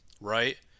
right